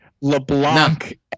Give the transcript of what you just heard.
LeBlanc